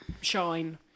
shine